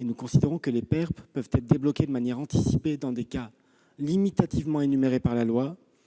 Nous considérons que les PERP peuvent être débloqués de manière anticipée dans des cas limitativement énumérés par la loi,